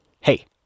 Hey